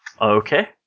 Okay